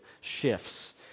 shifts